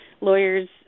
lawyers